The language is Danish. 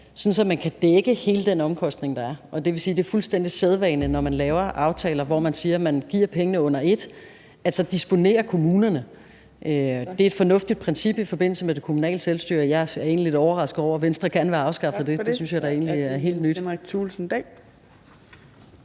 så man kan dække hele den omkostning, der er. Og det vil sige, at det er fuldstændig sædvane, når man laver aftaler, hvor man siger, at man giver pengene under et, at kommunerne så disponerer. Det er et fornuftigt princip i forbindelse med det kommunale selvstyre, og jeg er egentlig lidt overrasket over, at Venstre gerne vil have afskaffet det. Det synes jeg da egentlig er helt nyt.